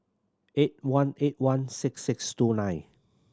eight one eight one six six two nine